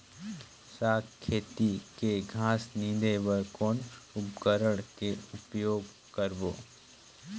साग खेती के घास निंदे बर कौन उपकरण के उपयोग करबो?